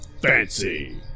Fancy